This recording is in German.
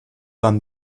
dann